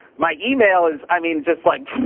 my email is i mean just like